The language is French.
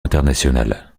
internationale